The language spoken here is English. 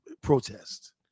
protest